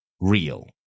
real